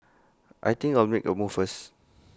I think I'll make A move first